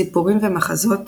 סיפורים ומחזות